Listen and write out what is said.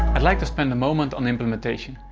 i'd like to spend a moment on the implementation.